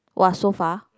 [wah] so far